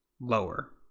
lower